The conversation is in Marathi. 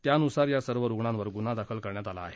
त्यानुसार या सर्व रुग्णांवर गुन्हा दाखल करण्यात आला आहे